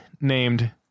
named